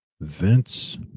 Vince